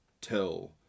tell